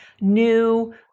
new